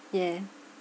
yeah